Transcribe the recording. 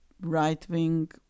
right-wing